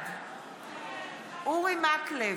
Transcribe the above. בעד אורי מקלב,